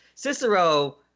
Cicero